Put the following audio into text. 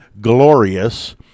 glorious